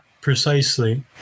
precisely